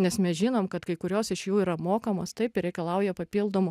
nes mes žinom kad kai kurios iš jų yra mokamos taip ir reikalauja papildomų